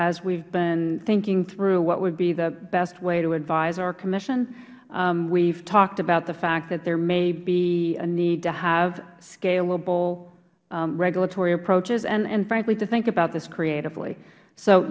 as we've been thinking through what would be the best way to advise our commission we've talked about the fact that there may be a need to have scalable regulatory approaches and frankly to think about this creatively so